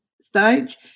stage